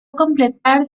completar